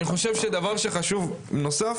דבר חשוב נוסף